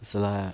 是 lah